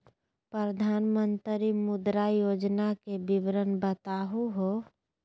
प्रधानमंत्री मुद्रा योजना के विवरण बताहु हो?